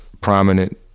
prominent